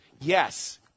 Yes